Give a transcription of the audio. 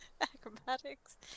acrobatics